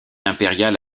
impériale